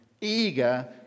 eager